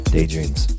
Daydreams